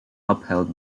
upheld